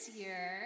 year